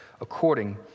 according